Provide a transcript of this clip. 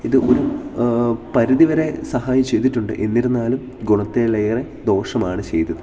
ഇത് ഒരു പരിധി വരെ സഹായം ചെയ്തിട്ടുണ്ട് എന്നിരുന്നാലും ഗുണത്തിലേറെ ദോഷമാണ് ചെയ്തത്